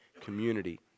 community